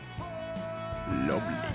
Lovely